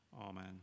Amen